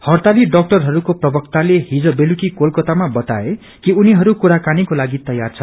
हड़ताली डाक्टरहरूको प्रवक्ताले हिज बेलुकी कोलकातामा बताए कि उनीहरू कुराकानीकोलागि तयार छन्